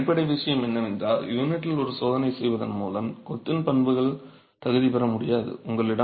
எனவே அடிப்படை விஷயம் என்னவென்றால் யூனிட்டில் ஒரு சோதனை செய்வதன் மூலம் கொத்தின் பண்புகள் தகுதி பெற முடியாது